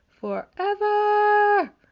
forever